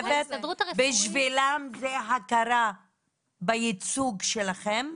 בשבילם זה הכרה בייצוג שלכם.